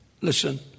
listen